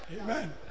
Amen